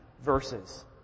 verses